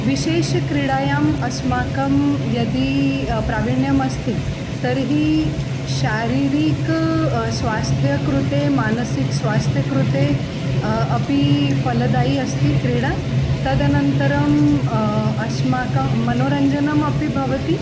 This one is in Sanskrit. विशेषक्रीडायाम् अस्माकं यदि प्राविण्यम् अस्ति तर्हि शारीरिकं स्वास्थ्यकृते मानसिकस्वास्थ्यकृते अपि फलदायी अस्ति क्रीडा तदनन्तरम् अस्माकं मनोरञ्जनमपि भवति